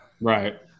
Right